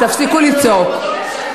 תפסיקו לצעוק.